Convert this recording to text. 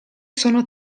sono